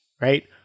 right